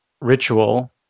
ritual